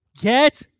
Get